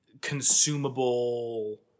consumable